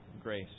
grace